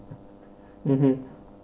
mmhmm